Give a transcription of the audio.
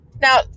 Now